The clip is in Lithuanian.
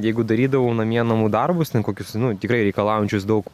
jeigu darydavau namie namų darbus ten kokius nu tikrai reikalaujančius daug